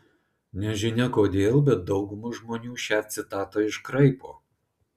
nežinia kodėl bet dauguma žmonių šią citatą iškraipo